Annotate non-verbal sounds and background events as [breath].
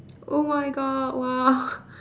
oh my god !wow! [breath]